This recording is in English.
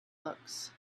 looks